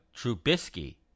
Trubisky